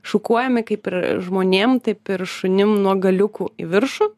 šukuojami kaip ir žmonėm taip ir šunim nuo galiukų į viršų